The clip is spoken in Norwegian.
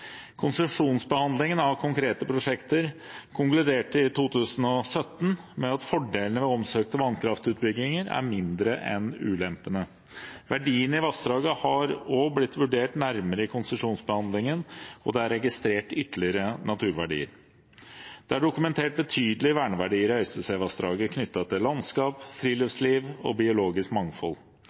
Konsesjonsbehandlingen av konkrete prosjekter konkluderte i 2017 med at fordelene ved omsøkte vannkraftutbygginger er mindre enn ulempene. Verdiene i vassdraget har også blitt vurdert nærmere i konsesjonsbehandlingen, og det er registrert ytterligere naturverdier. Det er dokumentert betydelige verneverdier i Øystesevassdraget knyttet til landskap, friluftsliv og biologisk mangfold.